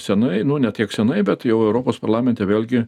senai einu ne tiek senai bet jau europos parlamente vėlgi